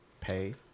pay